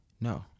No